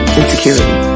insecurity